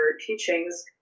teachings